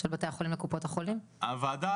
ההנחה